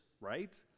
right